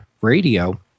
Radio